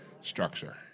Structure